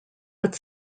but